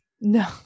No